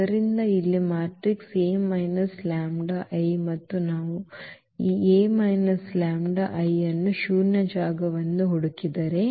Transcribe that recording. ಆದ್ದರಿಂದ ಇಲ್ಲಿ matrix A λI ಮತ್ತು ನಾವು ಈ A λI ನ ಶೂನ್ಯ ಜಾಗವನ್ನು ಹುಡುಕಿದರೆ